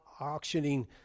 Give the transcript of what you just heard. auctioning